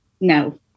No